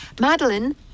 Madeline